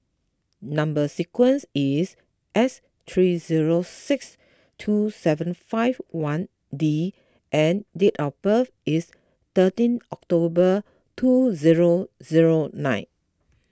Number Sequence is S three zero six two seven five one D and date of birth is thirteen October two zero zero nine